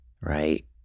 right